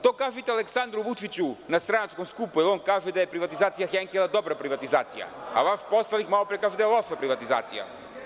To kažite Aleksandru Vučiću na stranačkom skupu, jer on kaže da je privatizacija „Henkela“, dobra privatizacija, a vaš poslanik malopre kaže da je loša privatizacija.